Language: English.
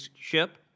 ship